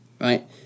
right